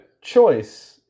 choice